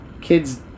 kids